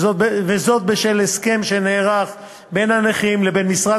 וזאת בשל הסכם שנערך בין הנכים לבין משרד